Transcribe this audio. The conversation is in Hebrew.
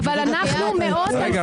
אבל אנחנו מאות אלפי --- רגע,